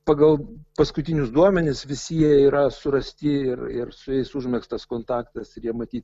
pagal paskutinius duomenis visi jie yra surasti ir ir su jais užmegztas kontaktas ir jie matyt